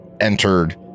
entered